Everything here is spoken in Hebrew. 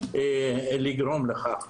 לגרום לכך.